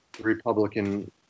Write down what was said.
Republican